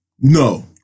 No